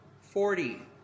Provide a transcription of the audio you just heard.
forty